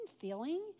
feeling